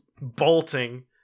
bolting